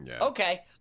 Okay